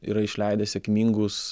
yra išleidę sėkmingus